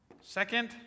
Second